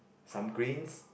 some greens